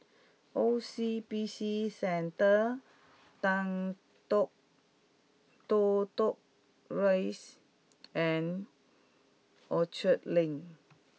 O C B C Centre Toh Tuck Rise and Orchard Link